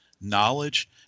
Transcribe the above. knowledge